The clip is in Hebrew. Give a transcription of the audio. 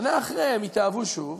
שנים אחרי הם התאהבו שוב,